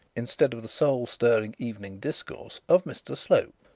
instead of the soul-stirring evening discourse of mr slope.